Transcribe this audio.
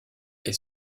est